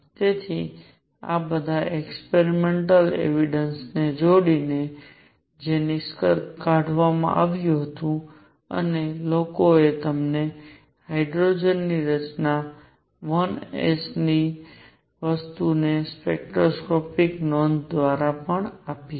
તેથી આ બધા એક્સપેરિમેન્ટલ એવિડન્સને જોડીને જે નિષ્કર્ષ કાઢવામાં આવ્યો હતો અને લોકોએ તમને હાઇડ્રોજનની રચના 1 s ની વસ્તુઓને સ્પેક્ટ્રોસ્કોપિક નોંધ પણ આપી હતી